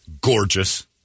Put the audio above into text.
gorgeous